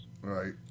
Right